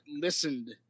listened